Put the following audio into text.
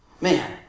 Man